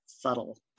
subtle